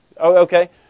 Okay